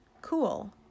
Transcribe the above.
cool